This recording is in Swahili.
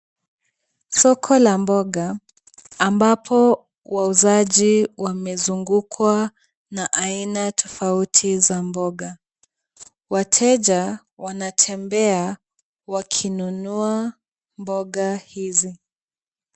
Soko la mboga ambapo wauzaji wamezungukwa na aina tofauti za mboga. Wateja wanatembea wakinunua mboga hizi.